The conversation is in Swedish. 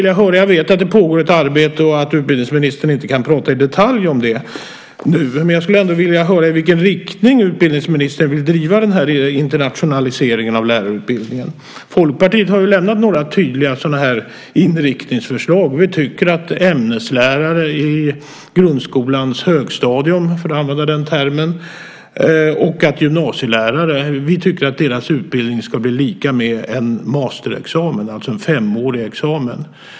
Jag vet att det pågår ett arbete och att utbildningsministern inte i detalj nu kan tala om det, men jag skulle ändå vilja höra i vilken riktning utbildningsministern vill driva internationaliseringen av lärarutbildningen. Folkpartiet har lämnat några tydliga inriktningsförslag. Vi tycker att utbildningen för ämneslärare i grundskolans högstadium, för att använda den termen, och för gymnasielärare ska bli lika med en masterexamen, alltså en femårig utbildning.